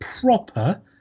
proper